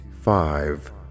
five